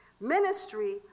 ministry